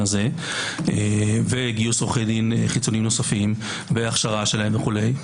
הזה וגיוס עורכי דין חיצוניים נוספים והכשרתם וכו'.